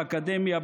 באקדמיה,